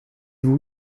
vous